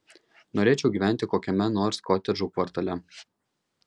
norėčiau gyventi kokiame nors kotedžų kvartale